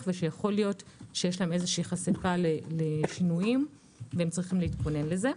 ויכול להיות שיש להם חשיפה לשינויים והם צריכים להתכונן לזה.